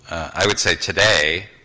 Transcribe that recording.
i would say today,